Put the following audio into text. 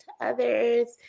others